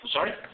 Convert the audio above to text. Sorry